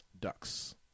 Ducks